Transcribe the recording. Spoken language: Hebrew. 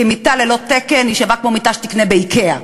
כי מיטה ללא תקן שווה כמו מיטה שתקנה ב"איקאה".